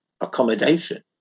accommodation